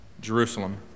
Jerusalem